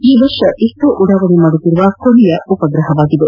ಈ ವರ್ಷ ಇಸ್ರೋ ಉಡಾವಣೆ ಮಾಡುತ್ತಿರುವ ಕೊನೆಯ ಉಪಗ್ರಹವಾಗಿದೆ